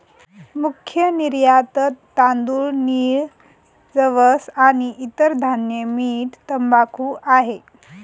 मुख्य निर्यातत तांदूळ, नीळ, जवस आणि इतर धान्य, मीठ, तंबाखू आहे